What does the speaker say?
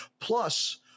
plus